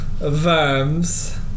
Verms